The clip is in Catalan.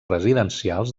residencials